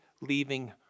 leaving